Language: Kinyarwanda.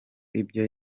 ibyo